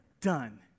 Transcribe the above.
done